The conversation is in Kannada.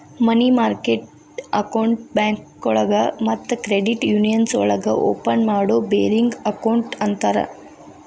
ಮನಿ ಮಾರ್ಕೆಟ್ ಅಕೌಂಟ್ನ ಬ್ಯಾಂಕೋಳಗ ಮತ್ತ ಕ್ರೆಡಿಟ್ ಯೂನಿಯನ್ಸ್ ಒಳಗ ಓಪನ್ ಮಾಡೋ ಬೇರಿಂಗ್ ಅಕೌಂಟ್ ಅಂತರ